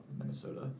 Minnesota